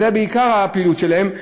זו בעיקר הפעילות שלהם.